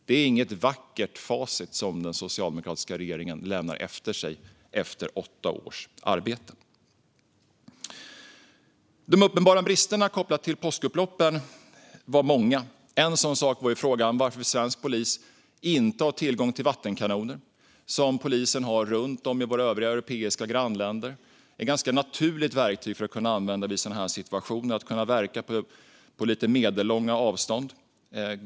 Det är inget vackert facit som den socialdemokratiska regeringen lämnar efter sig efter åtta års arbete. De uppenbara bristerna kopplat till påskupploppen var många. En sådan sak är varför svensk polis inte har tillgång till vattenkanoner, vilket polisen runt om i våra övriga europeiska grannländer har. Det är ett ganska naturligt verktyg att använda i sådana här situationer, för att kunna verka på lite medellånga avstånd.